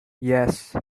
yes